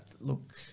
look